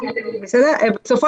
מה